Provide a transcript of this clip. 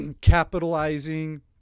capitalizing